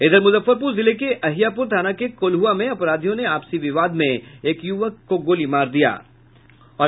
इधर मुजफ्फरपुर जिले के अहियापुर थाना के कोल्हुआ में अपराधियों ने आपसी विवाद में एक युवक को गोली मारकर घायल कर दिया